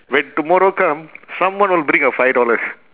when tomorrow come someone will bring a five dollars